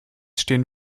stehen